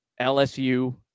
LSU